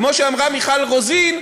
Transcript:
כמו שאמרה מיכל רוזין,